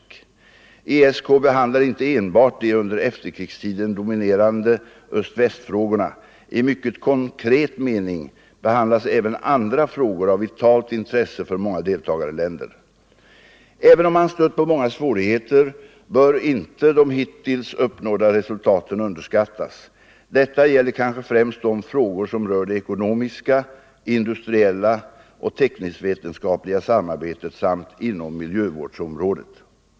22 november 1974 ESK behandlar inte enbart de under efterkrigstiden dominerande öst I västfrågorna. I mycket konkret mening behandlas även andra frågor av = Ang. säkerhetsoch vitalt intresse för många deltagarländer. nedrustningsfrågor Även om man stött på många svårigheter bör inte de hittills uppnådda — na resultaten underskattas. Detta gäller kanske främst de frågor som rör det ekonomiska, industriella och tekniskt-vetenskapliga samarbetet samt inom miljövårdsområdet.